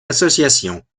associations